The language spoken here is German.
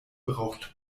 braucht